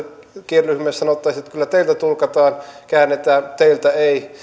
kieliryhmälle sanottaisiin että kyllä teitä tulkataan käännetään teitä ei kyllä